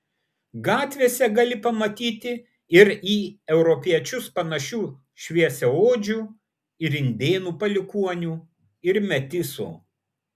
gatvėse gali pamatyti ir į europiečius panašių šviesiaodžių ir indėnų palikuonių ir metisų